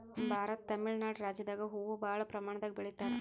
ಭಾರತದ್ ತಮಿಳ್ ನಾಡ್ ರಾಜ್ಯದಾಗ್ ಹೂವಾ ಭಾಳ್ ಪ್ರಮಾಣದಾಗ್ ಬೆಳಿತಾರ್